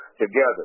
together